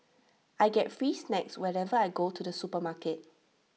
I get free snacks whenever I go to the supermarket